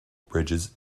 bridges